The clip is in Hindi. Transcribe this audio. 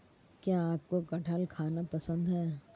क्या आपको कठहल खाना पसंद है?